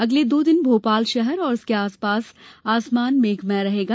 अगले दो दिन भोपाल शहर एवं उसके आसपास आसमान मेघमय रहेगा